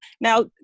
now